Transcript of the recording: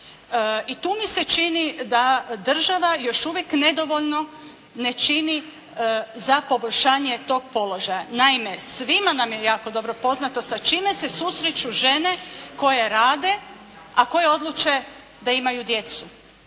I tu mi se čini da država još uvijek nedovoljno ne čini za poboljšanje tog položaja. Naime, svima nam je jako dobro poznato sa čime se susreću žene koje rade, a koje odluče da imaju djecu